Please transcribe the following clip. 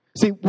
See